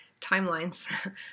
timelines